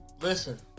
listen